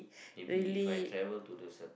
maybe if I travel to the cer~